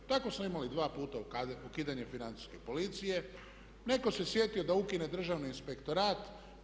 Tako smo imali dva puta ukidanje financijske policije, netko se sjetio da ukine državni inspektorat.